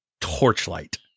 Torchlight